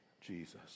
Jesus